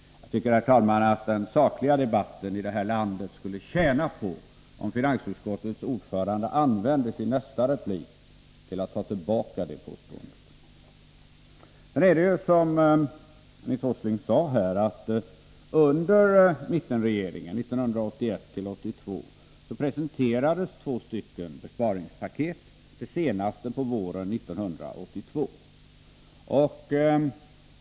Jag tycker att den sakliga debatten i detta land skulle tjäna på att finansutskottets ordförande använde sin nästa replik till att ta tillbaka detta påstående. Sedan är det som Nils Åsling sade: Under mittenregeringen 1981/82 presenterades två besparingspaket, det senaste på våren 1982.